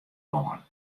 lân